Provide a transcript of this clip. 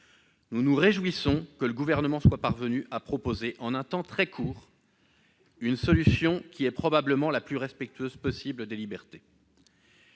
Nous nous réjouissons que le Gouvernement soit parvenu à proposer, en un temps très court, une solution qui est probablement la plus respectueuse possible des libertés.